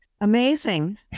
amazing